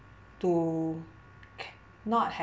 to k~ not have